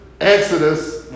Exodus